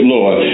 Lord